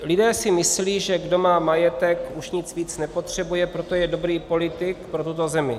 Lidé si myslí, že kdo má majetek, už nic víc nepotřebuje, proto je dobrý politik pro tuto zemi.